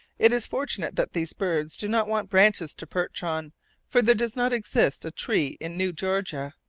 it is fortunate that these birds do not want branches to perch on for there does not exist a tree in new georgia.